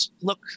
look